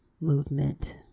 movement